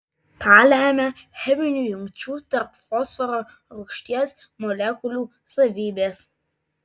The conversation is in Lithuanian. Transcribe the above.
tą lemia cheminių jungčių tarp fosforo rūgšties molekulių savybės